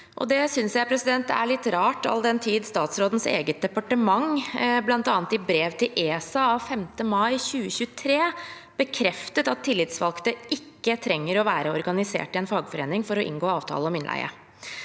Det synes jeg er litt rart, all den tid statsrådens eget departement, bl.a. i brev til ESA av 5. mai 2023, bekreftet at tillitsvalgte ikke trenger å være organisert i en fagforening for å inngå avtale om innleie.